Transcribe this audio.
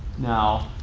now,